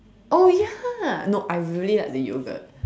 oh ya no I really liked the yogurt